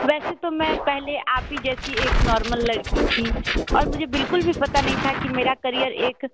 वैसे तो मैं पहले आप ही जैसी एक नॉर्मल लड़की थी और मुझे बिल्कुल भी पता नहीं था कि मेरा कैरियर एक